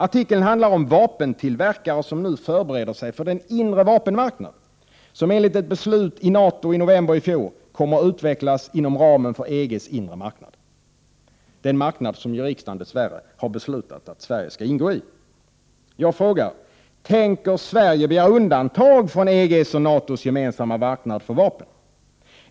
Artikeln handlar om vapentillverkare som nu förbereder sig för den inre vapenmarknad som, enligt ett beslut i NATO i november i fjol, kommer att utvecklas inom ramen för EG:s inre marknad, den marknad som ju riksdagen dess värre har beslutat att Sverige skall ingå i. Jag frågar: Tänker Sverige begära undantag från EG:s och NATO:s gemensamma marknad för vapen?